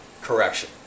correction